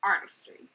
artistry